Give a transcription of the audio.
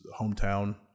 hometown